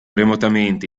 remotamente